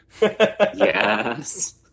Yes